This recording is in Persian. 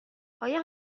آیا